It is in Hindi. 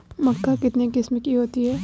मक्का कितने किस्म की होती है?